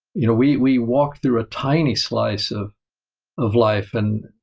you know we we walk through a tiny slice of of life, and